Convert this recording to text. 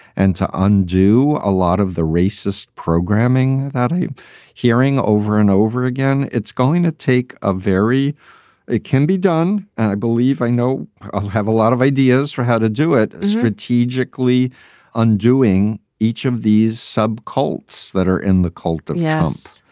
and to undo a lot of the racist programming that i'm hearing over and over again, it's going to take a very it can be done. and i believe i know i have a lot of ideas for how to do it strategically undoing each of these subcultures that are in the cult amounts.